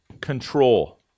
control